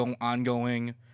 ongoing